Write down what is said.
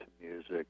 music